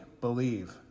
Believe